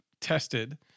tested